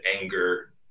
anger